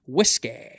Whiskey